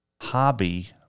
hobby